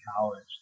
college